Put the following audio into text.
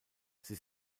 sie